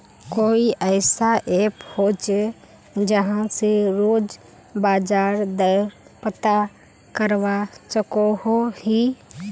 कोई ऐसा ऐप होचे जहा से रोज बाजार दर पता करवा सकोहो ही?